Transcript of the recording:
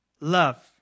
love